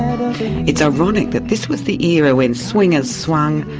it's ironic that this was the era when swingers swung,